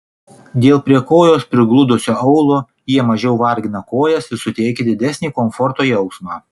dėl prie kojos prigludusio aulo jie mažiau vargina kojas ir suteikia didesnį komforto jausmą